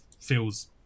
feels